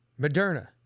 Moderna